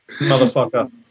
motherfucker